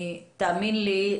תאמין לי,